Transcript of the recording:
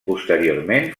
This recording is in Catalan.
posteriorment